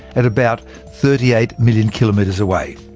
at about thirty eight million kilometres away.